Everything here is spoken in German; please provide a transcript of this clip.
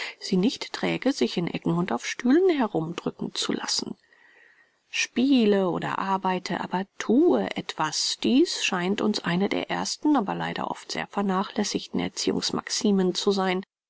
sie nicht träge sich in ecken und auf stühlen herumdrücken zu lassen spiele oder arbeite aber thue etwas dies scheint uns eine der ersten aber leider oft sehr vernachlässigten erziehungsmaximen zu sein